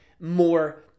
more